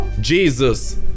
Jesus